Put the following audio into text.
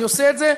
אני עושה את זה,